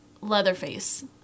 Leatherface